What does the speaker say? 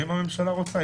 ואם הממשלה רוצה,